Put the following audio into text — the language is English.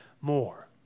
more